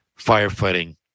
firefighting